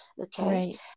Okay